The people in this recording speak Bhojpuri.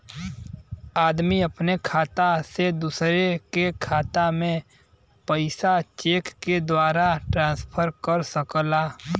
आदमी अपने खाता से दूसरे के खाता में पइसा चेक के द्वारा ट्रांसफर कर सकला